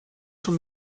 schon